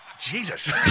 Jesus